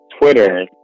Twitter